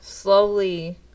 Slowly